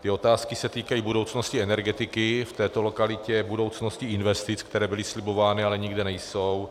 Ty otázky se týkají budoucnosti energetiky v této lokalitě, budoucnosti investic, které byly slibovány, ale nikde nejsou.